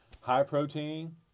high-protein